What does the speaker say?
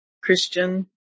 Christian